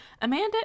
Amanda